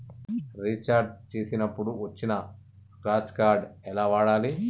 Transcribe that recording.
Recharge చేసినప్పుడు వచ్చిన scratch card ఎలా వాడాలి?